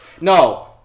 No